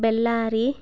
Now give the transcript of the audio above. Bellary